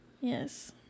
Yes